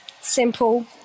Simple